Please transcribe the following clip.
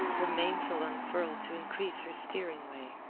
her mainsail unfurled to increase her steering way,